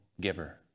giver